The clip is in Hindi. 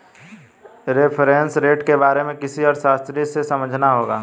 रेफरेंस रेट के बारे में किसी अर्थशास्त्री से समझना होगा